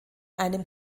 einem